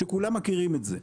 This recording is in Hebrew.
שכולם מכירים את זה.